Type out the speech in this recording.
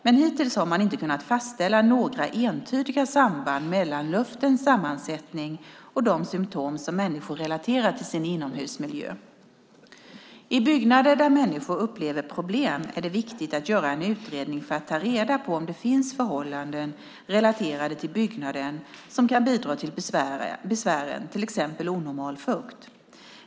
Men hittills har man inte kunnat fastställa några entydiga samband mellan luftens sammansättning och de symtom som människor relaterar till sin inomhusmiljö. I byggnader där människor upplever problem är det viktigt att göra en utredning för att ta reda på om det finns förhållanden relaterade till byggnaden som kan bidra till besvären, till exempel onormal fukt.